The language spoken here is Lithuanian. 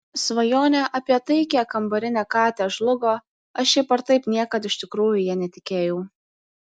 svajonė apie taikią kambarinę katę žlugo aš šiaip ar taip niekad iš tikrųjų ja netikėjau